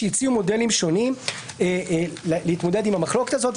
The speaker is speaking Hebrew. שהציעו מודלים שונים להתמודדות עם המחלוקת הזאת.